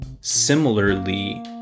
similarly